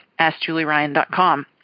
AskJulieRyan.com